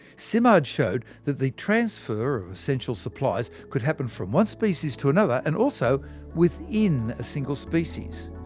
simard showed that the transfer of essential supplies could happen from one species to another, and also within a single species.